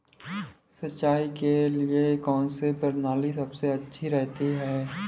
सिंचाई के लिए कौनसी प्रणाली सबसे अच्छी रहती है?